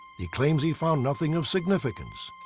he claims he found nothing of significance.